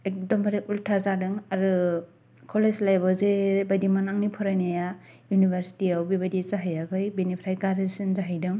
एकदमबारे उलथा जादों आरो कलेज लाइपआव जे बायदिमोन आंनि फरायनाया इउनिभारसिटियाव बेबायदि जाहैयाखै बेनिफ्राय गाज्रिसिन जाहैदों